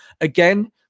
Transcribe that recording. Again